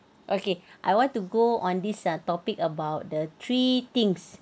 okay I want to go on this uh topic about the three things